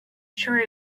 true